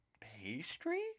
pastry